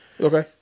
Okay